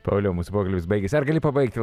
pauliau mūsų pokalbis baigiasi ar gali pabaigti